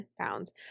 pounds